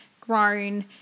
grown